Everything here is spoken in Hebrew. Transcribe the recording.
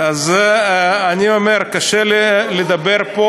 זה לא אביגדור ליברמן,